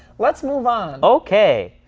let's move on. okay.